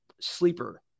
sleeper